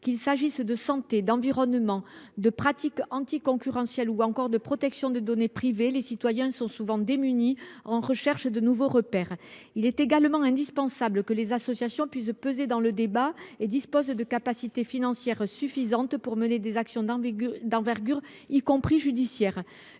Qu’il s’agisse de santé, d’environnement, de pratiques anticoncurrentielles ou encore de protection de données privées, les citoyens sont souvent démunis, en recherche de nouveaux repères. Il est également indispensable que les associations puissent peser dans le débat et disposent de capacités financières suffisantes pour mener des actions d’envergure, y compris judiciaires.